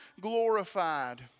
glorified